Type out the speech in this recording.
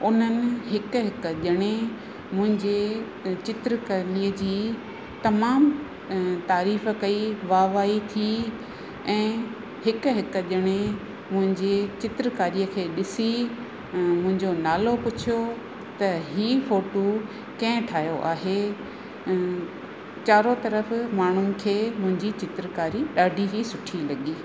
उन्हनि हिक हिक ॼणे मुंहिंजे चित्रकारीअ जी तमामु तारीफ़ कई वाह वाही थी ऐं हिक हिक ॼणे मुंहिंजे चित्रकारीअ खे ॾिसी मुंहिंजो नालो पुछियो त ही फोटू कंहिं ठायो आहे चारो तरफ़ माण्हुनि खे मुंहिंजी चित्रकारी ॾाढी ही सुठी लॻी